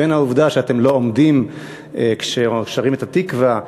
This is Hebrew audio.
בין העובדה שאתם לא עומדים כששרים את "התקווה",